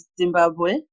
Zimbabwe